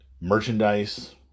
merchandise